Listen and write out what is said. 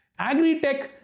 Agritech